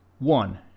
One